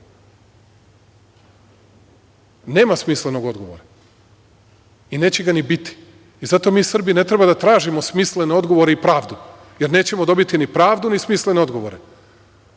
Nema smislenog odgovora i neće ga ni biti i zato mi Srbi ne treba da tražimo smislene odgovore i pravdu, jer nećemo dobiti ni pravdu, ni smislene odgovore.